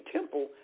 Temple